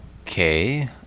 Okay